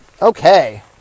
Okay